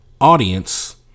Audience